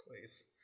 Please